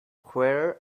where